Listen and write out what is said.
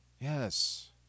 Yes